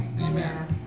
Amen